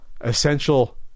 essential